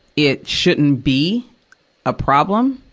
it shouldn't be a problem,